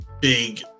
big